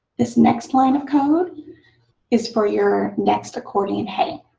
this next line of code is for your next accordion heading.